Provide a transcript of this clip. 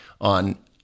on